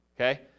okay